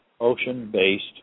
ocean-based